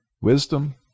Wisdom